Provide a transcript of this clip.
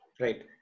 Right